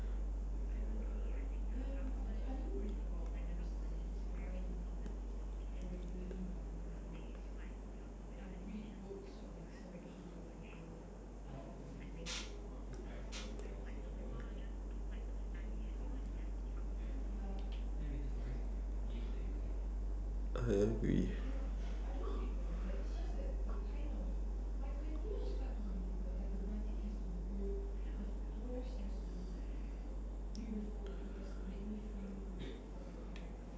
I agree